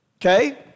okay